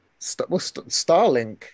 Starlink